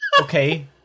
okay